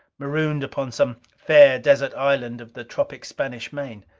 marooned upon some fair desert island of the tropic spanish main.